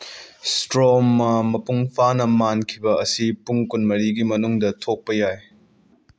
stroma ꯃꯄꯨꯡ ꯐꯥꯅ ꯃꯥꯟꯈꯤꯕ ꯑꯁꯤ ꯄꯨꯡ ꯀꯨꯟꯃꯔꯤꯒꯤ ꯃꯅꯨꯡꯗ ꯊꯣꯛꯄ ꯌꯥꯏ